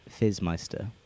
fizzmeister